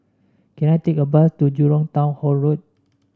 can I take a bus to Jurong Town Hall Road